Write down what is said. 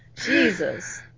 Jesus